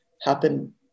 happen